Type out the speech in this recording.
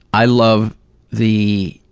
i love the